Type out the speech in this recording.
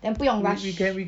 then 不用 rush